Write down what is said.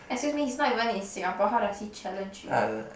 excuse me he's not even in Singapore how does he challenge you